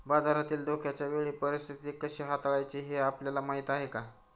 बाजारातील धोक्याच्या वेळी परीस्थिती कशी हाताळायची हे आपल्याला माहीत आहे का?